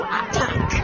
attack